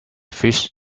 fish